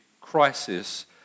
crisis